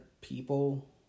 people